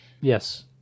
Yes